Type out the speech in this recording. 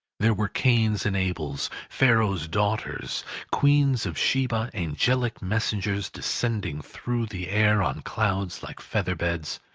there were cains and abels, pharaoh's daughters queens of sheba, angelic messengers descending through the air on clouds like feather-beds,